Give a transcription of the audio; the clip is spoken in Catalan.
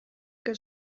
que